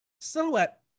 silhouette